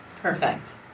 Perfect